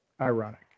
ironic